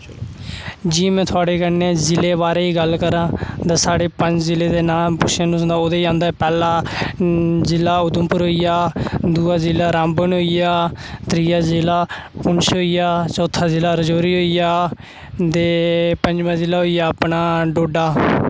जियां में थुआढ़े कन्नै जि'ले बारै च गल्ल करां तां साढ़े पंज जि'ले दे नांऽ दस्सां ओह्दे च आंदा पैह्ला जि'ला उधमपुर होई गेआ दूआ जि'ला रामबन होई गेआ त्रीआ जि'ला पुंछ होई गेआ चौथा जि'ला राजौरी होई गेआ ते पंजमा जि'ला होई गेआ अपना डोडा